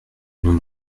nous